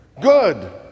Good